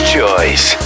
Choice